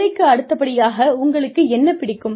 வேலைக்கு அடுத்தபடியாக உங்களுக்கு என்ன பிடிக்கும்